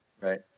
right